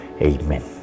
Amen